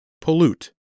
Pollute